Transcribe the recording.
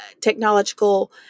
technological